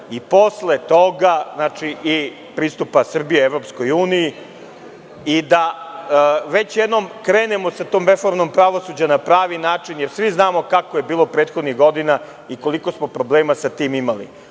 i posle toga pristup Srbije EU i da već jednom krenemo sa tom reformom pravosuđa na pravi način, jer svi znamo kako je bilo prethodnih godina i koliko smo problema sa tim imali. Ovo